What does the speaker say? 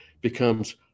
becomes